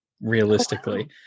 realistically